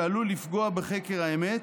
שעלול לפגוע בחקר האמת,